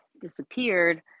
disappeared